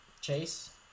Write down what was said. Chase